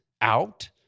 out